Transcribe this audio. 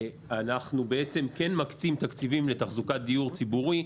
ואנחנו בעצם כן מקצים תקציבים לתחזוקת דיור ציבורי.